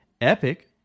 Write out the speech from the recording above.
Epic